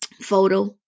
photo